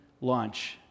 launch